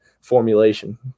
formulation